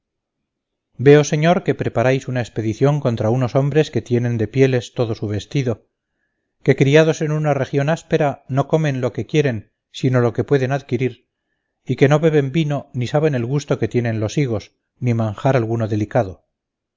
veo señor que preparáis una expedición contra unos hombres que tienen de pieles todo su vestido que criados en una región áspera no comen lo que quieren sino lo que pueden adquirir y que no beben vino ni saben el gusto que tienen los higos ni manjar alguno delicado